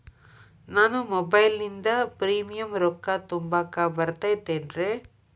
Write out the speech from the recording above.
ನಾನು ಮೊಬೈಲಿನಿಂದ್ ಪ್ರೇಮಿಯಂ ರೊಕ್ಕಾ ತುಂಬಾಕ್ ಬರತೈತೇನ್ರೇ?